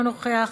אינו נוכח,